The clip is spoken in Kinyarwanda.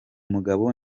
mugabo